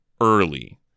early